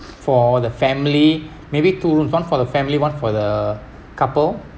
for the family maybe two room one for the family one for the couple